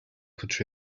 could